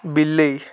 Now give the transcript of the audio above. ବିଲେଇ